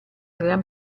gran